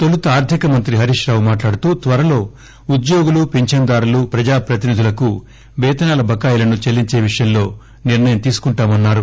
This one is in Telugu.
తొలుత ఆర్గిక మంత్రి హరీష్ రావు మాట్లాడుతూ త్వరలో ఉద్యోగులు ఫించన్ దారులు ప్రజా ప్రతినిధులకు వేతనాల బకాయీలను చెల్లించే విషయంలో ఒక నిర్లయం తీసుకుంటామన్నారు